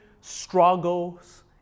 struggles